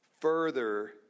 further